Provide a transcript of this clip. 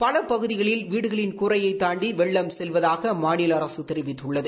பல பகுதிகளில் வீடுகளின் கூரையை தாண்டி வெள்ளம் செல்வதாக அம்மாநில அரசு தெரிவித்துள்ளது